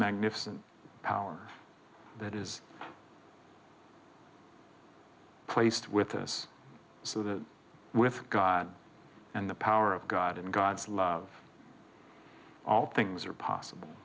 magnificent power that is placed with us so the with god and the power of god in god's love all things are possible